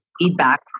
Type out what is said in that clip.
feedback